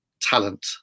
talent